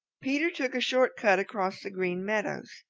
peter took a short cut across the green meadows.